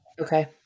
Okay